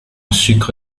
sucre